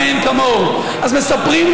רבע מהקשישים העידו שנלקחו מהם כספים בניגוד